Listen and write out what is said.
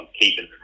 keeping